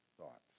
thoughts